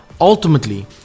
ultimately